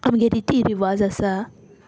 आमगे रिती रिवाज आसा